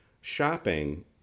Shopping